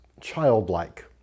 childlike